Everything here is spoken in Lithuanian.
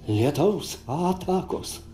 lietaus atakos